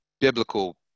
biblical